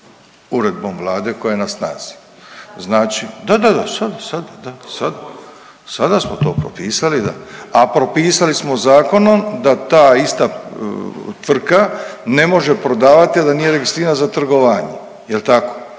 uredbom Vlade koja je na snazi. Da, da, da. Sada smo to propisali, a propisali smo zakonom da ta ista tvrtka ne može prodavati a da nije registrirana za trgovanje. Jel' tako?